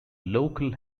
local